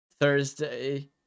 Thursday